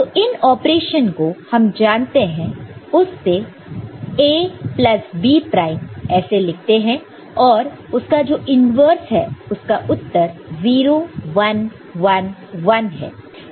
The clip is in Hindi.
तो इन ऑपरेशन को हम जानते हैं उससे A प्लस B प्राइम ऐसे लिखते हैं और उसका जो इन्वर्स है उसका उत्तर 0 1 1 1 है